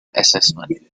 assessment